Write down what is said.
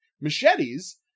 Machetes